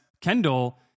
Kendall